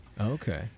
Okay